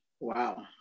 wow